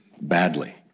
badly